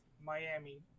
Miami